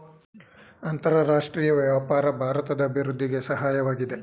ಅಂತರರಾಷ್ಟ್ರೀಯ ವ್ಯಾಪಾರ ಭಾರತದ ಅಭಿವೃದ್ಧಿಗೆ ಸಹಾಯವಾಗಿದೆ